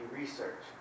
research